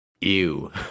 Ew